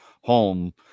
home